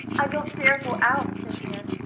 i don't dare go out, said anne,